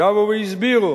שבו והסבירו,